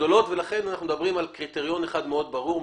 לכן אנחנו מדברים על קריטריון אחד מאוד ברור,